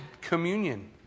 communion